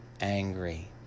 angry